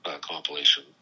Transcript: compilation